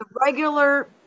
regular